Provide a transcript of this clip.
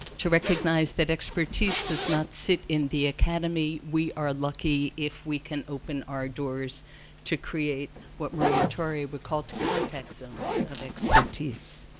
to recognize that expertise does not sit in the academy, we are lucky if we can open our doors to create what maria torre would call contact zones of expertise.